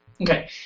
Okay